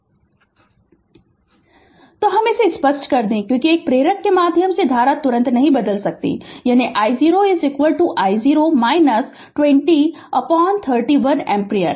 Refer Slide Time 1312 तो हम इसे स्पष्ट कर दे क्योंकि एक प्रेरक के माध्यम से धारा तुरंत नहीं बदल सकती है यानी I0 I0 2031 एम्पीयर